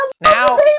Now